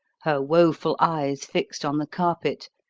her woeful eyes fixed on the carpet,